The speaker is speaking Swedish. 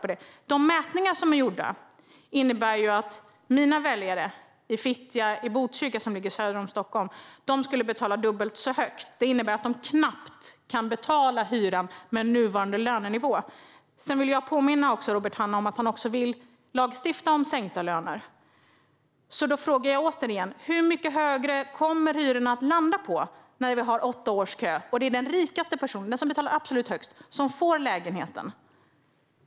Enligt de mätningar som är gjorda skulle mina väljare i Fittja, i Botkyrka, som ligger söder om Stockholm, betala dubbelt så mycket. Det innebär att de knappt kan betala hyran med nuvarande lönenivå. Sedan vill jag påminna Robert Hannah om att han också vill lagstifta om sänkta löner. Då frågar jag återigen: Hur mycket högre kommer hyrorna att bli när vi har åtta års kö? Och det är den rikaste personen, den som betalar absolut mest, som får lägenheten.